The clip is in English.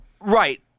Right